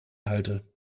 halte